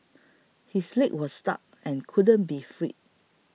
his leg was stuck and couldn't be freed